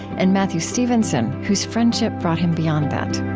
and matthew stevenson, whose friendship brought him beyond that